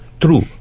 true